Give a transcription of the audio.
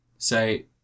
say